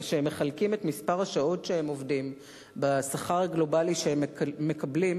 כשהם מחלקים את מספר השעות שהם עובדים בשכר הגלובלי שהם מקבלים,